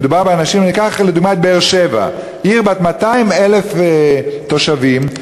ניקח, לדוגמה, את באר-שבע, עיר בת 200,000 תושבים,